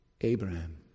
Abraham